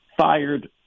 fired